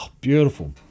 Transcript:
beautiful